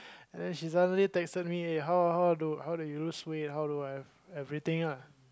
and then she suddenly texted me how how do how do you lose weight how do I everything ah